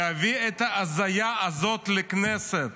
להביא את ההזיה הזאת לכנסת,